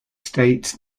states